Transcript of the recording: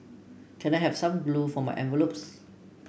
can I have some glue for my envelopes